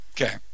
Okay